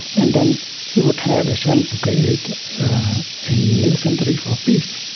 and then we would have a sense to create a new century for peace.